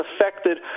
affected